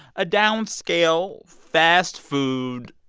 a downscale, fast food,